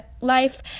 life